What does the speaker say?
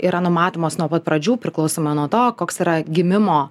yra numatomas nuo pat pradžių priklausomai nuo to koks yra gimimo